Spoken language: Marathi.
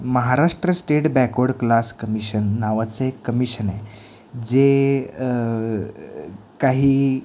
Maharashtra state backward class commission नावाचं एक कमीशन आहे जे काही